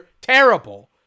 terrible